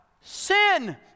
Sin